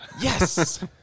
Yes